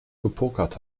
gepokert